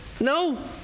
no